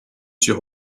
sur